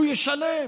הוא ישלם.